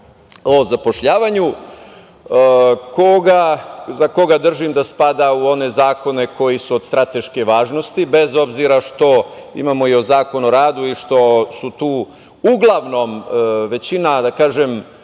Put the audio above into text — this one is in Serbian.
o zapošljavanju. Držim da spada u one zakone koji su od strateške važnosti, bez obzira što imamo i Zakon o radu i što su tu uglavnom, većina, da kažem,